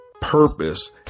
purpose